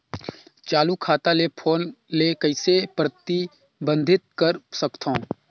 चालू खाता ले फोन ले कइसे प्रतिबंधित कर सकथव?